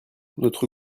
notre